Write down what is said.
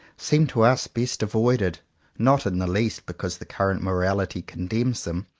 seem to us best avoided not in the least because the current morality condemns them,